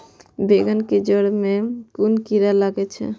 बेंगन के जेड़ में कुन कीरा लागे छै?